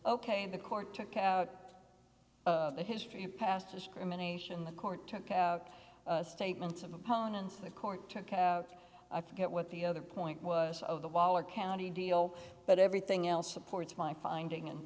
ok the court took out a history of past discrimination the court took out statements of opponents the court took out i forget what the other point was of the valar county deal but everything else supports my finding and